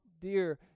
dear